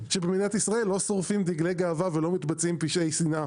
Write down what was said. שבמדינת ישראל לא שורפים דגלי גאווה ולא מתבצעים פשעי שנאה,